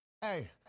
Hey